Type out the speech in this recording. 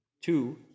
Two